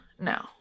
no